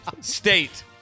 State